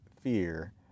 fear